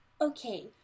Okay